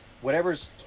whatever's